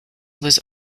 was